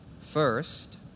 First